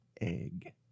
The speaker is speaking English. Egg